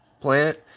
plant